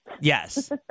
Yes